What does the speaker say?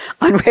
on